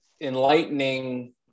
enlightening